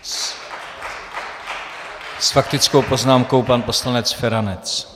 S faktickou poznámkou pan poslanec Feranec.